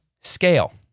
scale